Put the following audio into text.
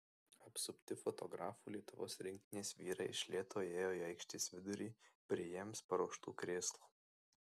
apsupti fotografų lietuvos rinktinės vyrai iš lėto ėjo į aikštės vidurį prie jiems paruoštų krėslų